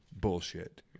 bullshit